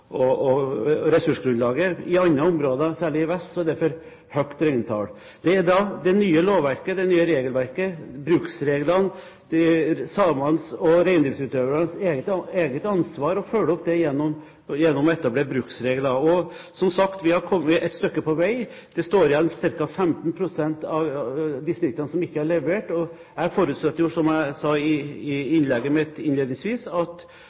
reintall og ressursgrunnlaget, i andre områder, særlig i vest, er det for høyt reintall. Det er samenes og reindriftsutøvernes eget ansvar å følge opp det nye lovverket, det nye regelverket, gjennom å etablere bruksregler. Som sagt har vi kommet et stykke på vei. Det står igjen ca. 15 pst. av distriktene som ikke har levert. Jeg forutsetter jo, som jeg sa innledningsvis i innlegget mitt, at reindriftsforvaltningen, områdestyrene, nå tar tak i det, slik at